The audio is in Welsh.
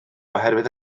oherwydd